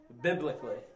biblically